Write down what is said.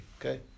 okay